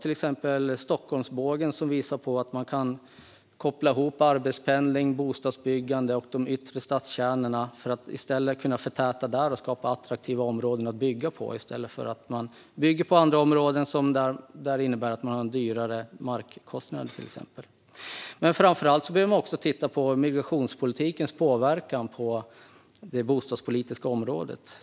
Ett exempel är Stockholmsbågen, som visar att man kan koppla ihop arbetspendling, bostadsbyggande och de yttre stadskärnorna, där man kan förtäta och skapa attraktiva områden att bygga på i stället för att bygga i områden där man har högre markkostnader. Men framför allt behöver man titta på migrationspolitikens påverkan på det bostadspolitiska området.